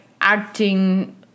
acting